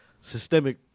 systemic